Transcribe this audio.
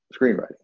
screenwriting